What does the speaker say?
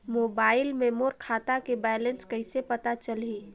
Mobile मे मोर खाता के बैलेंस कइसे पता चलही?